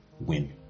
win